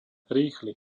rýchly